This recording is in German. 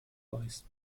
weiß